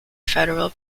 federal